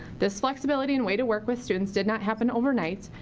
this flexibility and way to work with students did not happen overnight.